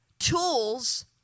tools